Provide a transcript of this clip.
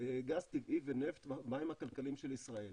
גז טבעי ונפט במים הכלכליים של מדינת ישראל.